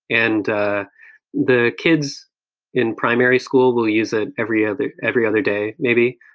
and ah the kids in primary school will use it every other every other day maybe.